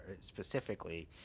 specifically